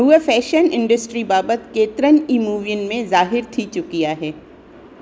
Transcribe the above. हूअ fashion industry बाबति केतिरनि ई मूवियिनि में ज़ाहिरु थी चुकी आहे